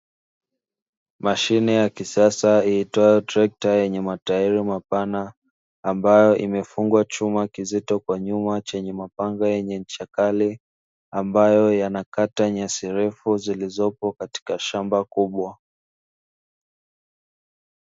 Mashine ya kisasa iitwayo trekta yenye matairi mapana ambayo imefungwa chuma kizito kwa nyuma chenye mapanga yenye ncha kali, ambayo yanakata nyasi refu zilizopo katika shamba kubwa.